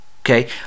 okay